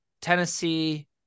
Tennessee